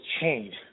change